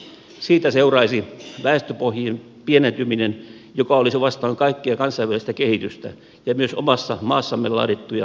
siitä seuraisi väestöpohjien pienentyminen joka olisi vastoin kaikkea kansainvälistä kehitystä ja myös omassa maassamme laadittuja asiantuntija arvioita